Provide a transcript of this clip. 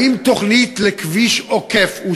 1. האם אושרה תוכנית לכביש עוקף?